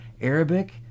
Arabic